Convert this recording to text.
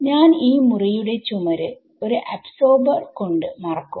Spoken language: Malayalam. ഞാൻ ഈ മുറിയുടെ ചുമര് ഒരു അബ്സോർബർ കൊണ്ട് മറക്കും